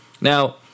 Now